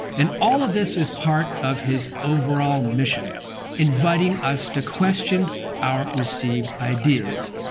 and all of this is part of his overall mission inviting us to question our received ideas.